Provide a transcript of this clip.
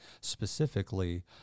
specifically